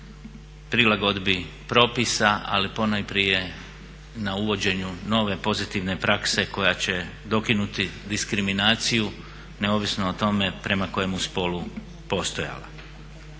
prilagodbi propisa, ali ponajprije na uvođenju nove pozitivne prakse koja će dokinuti diskriminaciju, neovisno o tome prema kojemu spolu postojala.